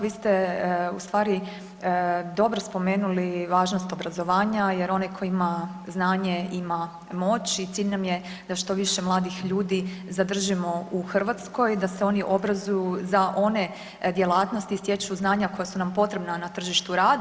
Vi ste ustvari dobro spomenuli važnost obrazovanja jer onaj koji ima znanje, ima moć i cilj nam je da što više mladih ljudi zadržimo u Hrvatskoj i da se oni obrazuju za one djelatnosti, stječu znanja koja su nam potrebna na tržištu rada.